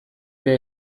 ere